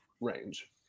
range